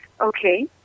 okay